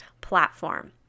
platform